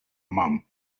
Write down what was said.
mum